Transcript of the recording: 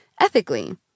ethically